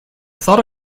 thought